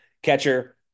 Catcher